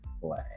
play